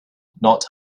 not